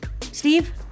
Steve